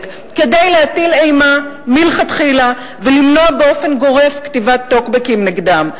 כדי להטיל אימה מלכתחילה ולמנוע באופן גורף כתיבת טוקבקים נגדם.